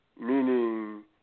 Meaning